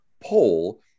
poll